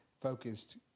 focused